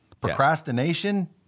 procrastination